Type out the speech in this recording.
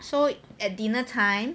so at dinner time